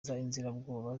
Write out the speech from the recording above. zigahita